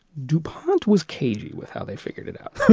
dupont was cagey with how they figured it out.